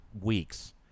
weeks